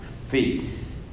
faith